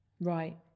right